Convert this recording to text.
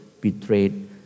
betrayed